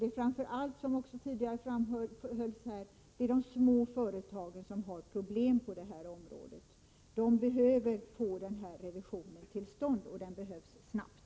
Det är framför allt, som redan tidigare framhållits här, de små företagen som har problem på detta område. De behöver få till stånd en revision, och den behövs snabbt.